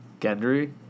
Gendry